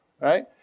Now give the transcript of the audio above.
right